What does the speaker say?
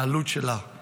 העלות שלה היא